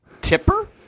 tipper